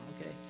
okay